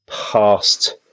past